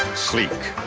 sleek,